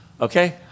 Okay